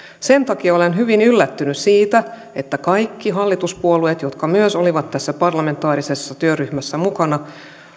sen takia olen hyvin yllättynyt siitä että kaikki hallituspuolueet jotka myös olivat tässä parlamentaarisessa työryhmässä mukana